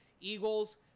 Eagles